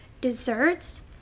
Desserts